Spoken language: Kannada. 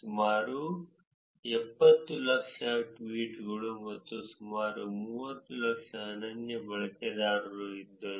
ಸುಮಾರು 700000 ಟ್ವೀಟ್ಗಳು ಮತ್ತು ಸುಮಾರು 300000 ಅನನ್ಯ ಬಳಕೆದಾರರು ಇದ್ದರು